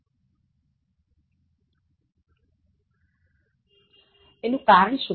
એનું કારણ શું છે